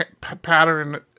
pattern